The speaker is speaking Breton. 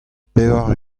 pevar